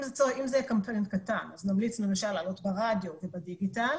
אם זה קמפיין קטן אז נמליץ למשל לעלות ברדיו או בדיגיטל,